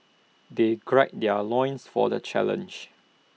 they gird their loins for the challenge